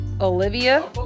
Olivia